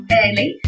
early